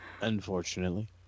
Unfortunately